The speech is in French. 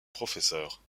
professeur